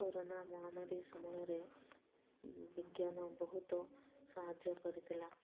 corona ମହାମାରୀ ସମୟରେ ବିଜ୍ଞାନ ବହୁତ ସାହାଯ୍ୟ କରିଥିଲା